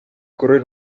correr